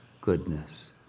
goodness